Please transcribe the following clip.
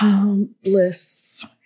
Bliss